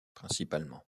principalement